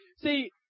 see